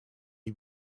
you